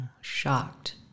shocked